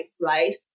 right